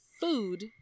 food